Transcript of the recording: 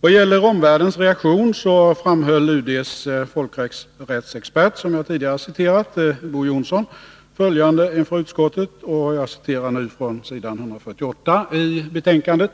Vad gäller omvärldens reaktion framhöll UD:s folkrättsexpert, Bo Johnson, som jag tidigare citerade, följande inför utskottet, vilket jag citerar från s. 148 i betänkandet: